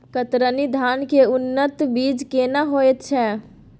कतरनी धान के उन्नत बीज केना होयत छै?